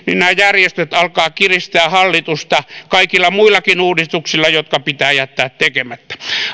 nämä järjestöt alkavat kiristää hallitusta kaikilla muillakin uudistuksilla jotka pitää jättää tekemättä